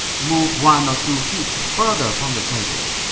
move one two feet further from the table.